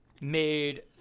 made